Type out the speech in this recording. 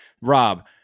Rob